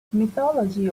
mythology